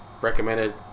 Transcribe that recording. Recommended